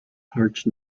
arch